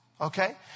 Okay